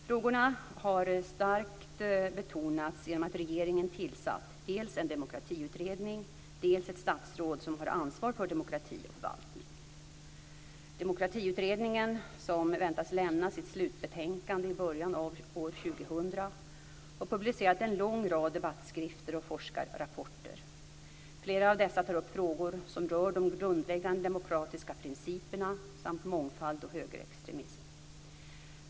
Frågorna har starkt betonats genom att regeringen tillsatt dels en demokratiutredning, dels ett statsråd som har ansvar för demokrati och förvaltning. Demokratiutredningen, som väntas lämna sitt slutbetänkande i början av år 2000, har publicerat en lång rad debattskrifter och forskarrapporter. Flera av dessa tar upp frågor som rör de grundläggande demokratiska principerna samt mångfald och högerextremism.